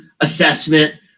assessment